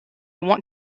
want